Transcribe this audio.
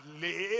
live